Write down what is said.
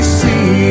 see